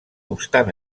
obstant